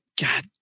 God